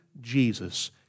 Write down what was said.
Jesus